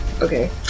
Okay